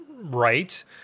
Right